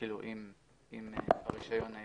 אם הרישיון היה